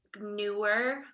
newer